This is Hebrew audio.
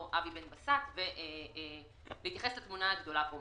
אבי בן בסט בהתייחס לתמונה הגדולה פה.